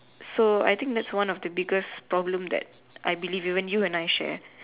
so I think that's one of the biggest problem that I believed even you and I share